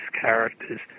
character's